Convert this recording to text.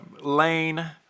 lane